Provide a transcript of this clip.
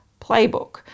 playbook